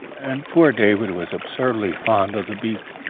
and poor david was absurdly fond of the beast.